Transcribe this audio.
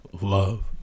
Love